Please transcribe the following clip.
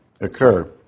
occur